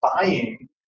buying